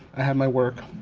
i have my work,